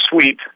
suite